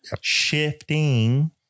shifting